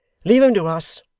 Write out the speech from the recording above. leave him to us.